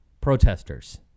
protesters